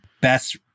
best